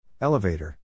Elevator